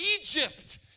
Egypt